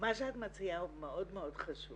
מה שאת מציעה הוא מאוד מאוד חשוב